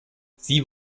sie